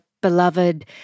beloved